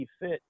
fit